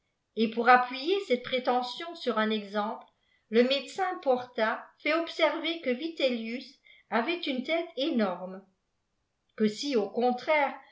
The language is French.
et pour appuyer cette prétention sur un exemple le médecin porta fait observer que vitellius avait une tète énorme que si au contraire